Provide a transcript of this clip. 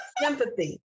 Sympathy